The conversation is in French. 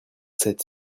sept